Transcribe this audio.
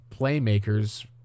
playmakers